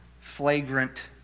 flagrant